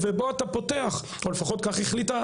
אפשר לכתוב מאמרים.